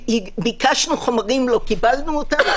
ביקשנו חומרים, לא קיבלנו אותם.